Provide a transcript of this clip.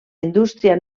indústria